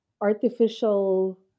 artificial